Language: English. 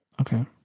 Okay